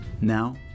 Now